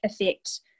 effect